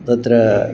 तत्र